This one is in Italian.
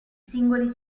singoli